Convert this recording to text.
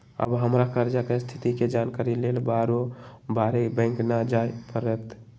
अब हमरा कर्जा के स्थिति के जानकारी लेल बारोबारे बैंक न जाय के परत्